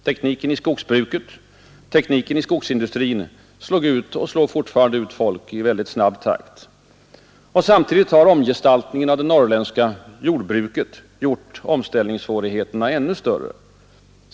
Tekniken i skogsbruket och även i skogsindustrin slog och slår fortfarande ut folk i snabb takt. Samtidigt har omgestaltningen av det norrländska jordbruket gjort omställningssvårigheterna ännu större.